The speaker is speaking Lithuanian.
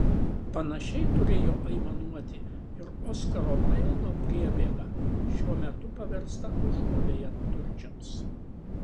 panašiai turėjo aimanuoti ir oskaro vaildo priebėga šiuo metu paversta užuovėja turčiams